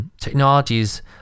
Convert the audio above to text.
Technologies